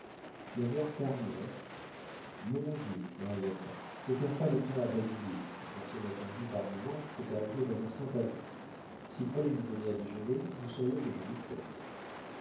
neuf heures quart moins mon dieu mariette ne perds pas le temps à babiller la personne attendue par mon oncle peut arriver d'un instant à l'autre s'il fallait lui donner à déjeuner nous serions de jolis cœurs